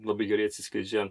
labai gerai atsiskleidžia